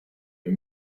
wir